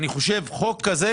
אני חושב שחוק כזה,